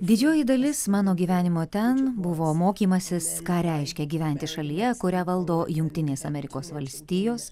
didžioji dalis mano gyvenimo ten buvo mokymasis ką reiškia gyventi šalyje kurią valdo jungtinės amerikos valstijos